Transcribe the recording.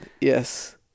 yes